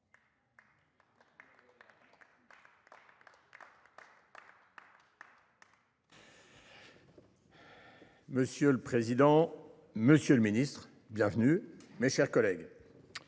Monsieur le président, monsieur le ministre, mes chers collègues,